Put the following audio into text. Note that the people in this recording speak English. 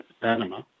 Panama